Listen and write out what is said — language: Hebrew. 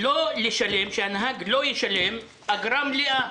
שהנהג לא ישלם אגרה מלאה.